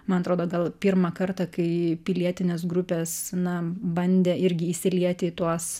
man atrodo gal pirmą kartą kai pilietinės grupės na bandė irgi įsilieti į tuos